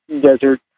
desert